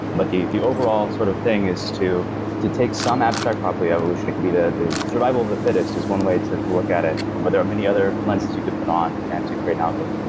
but the the overall sort of thing is to to take some abstract property evolution it could be the survival of the fittest is one way to to look at it, but there are many other lenses you could put on and to create an algorithm